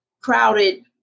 crowded